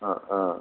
ആ ആ